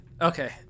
Okay